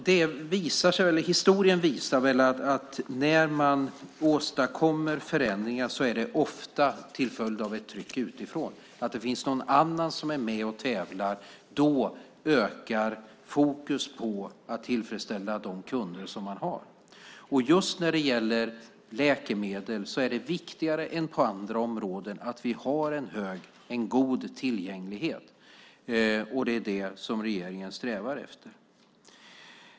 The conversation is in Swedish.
Fru talman! Historien visar att när man åstadkommer förändringar är det ofta till följd av ett tryck utifrån, att det finns någon annan som är med och tävlar. Då ökar fokus på att tillfredsställa de kunder man har. När det gäller läkemedel är det viktigare än på andra områden att vi har god tillgänglighet. Det är det regeringen strävar efter.